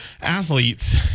athletes